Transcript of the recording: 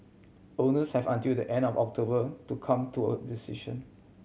owners have until the end of October to come to a decision